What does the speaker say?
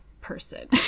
person